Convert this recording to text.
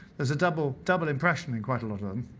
there's a double double impression in quite a lot of them.